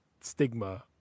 stigma